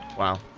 wow,